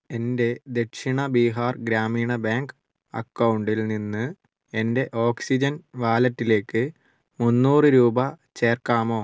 എൻ്റെ ദക്ഷിണ ബിഹാർ ഗ്രാമീണ ബാങ്ക് അക്കൗണ്ടിൽ നിന്ന് എൻ്റെ ഓക്സിജൻ വാലറ്റിലേക്ക് മുന്നൂറ് രൂപ ചേർക്കാമോ